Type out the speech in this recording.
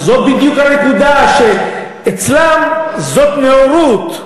זו בדיוק הנקודה, שאצלם זאת נאורות.